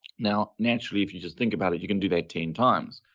now, naturally, if you just think about it, you can do that ten times,